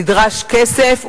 נדרש כסף,